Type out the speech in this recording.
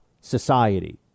society